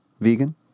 Vegan